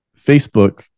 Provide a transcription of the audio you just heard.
facebook